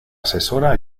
asesora